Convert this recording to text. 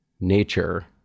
nature